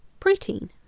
preteen